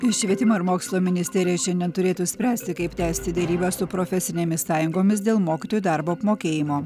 švietimo ir mokslo ministerija šiandien turėtų spręsti kaip tęsti derybas su profesinėmis sąjungomis dėl mokytojų darbo apmokėjimo